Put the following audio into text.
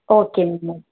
okay ma'am okay